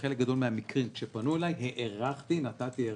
בחלק גדול מהמקרים כשפנו אלי, הארכתי ונתתי.